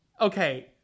Okay